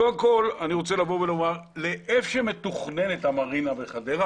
קודם כל אני רוצה לומר שאיך שמתוכננת המרינה בחדרה,